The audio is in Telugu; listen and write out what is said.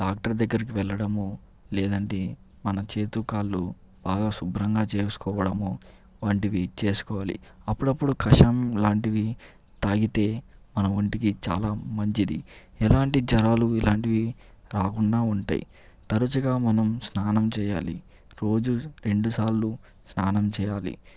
డాక్టర్ దగ్గరికి వెళ్ళడము లేదంటే మన చేతులు కాళ్ళు బాగా శుభ్రంగా చేసుకోవడము వంటివి చేసుకోవాలి అప్పుడప్పుడు కషాయం లాంటివి తాగితే మన ఒంటికి చాలా మంచిది ఎలాంటి జ్వరాలు ఇలాంటివి రాకుండా ఉంటాయి తరచుగా మనం స్నానం చేయాలి రోజు రెండుసార్లు స్నానం చేయాలి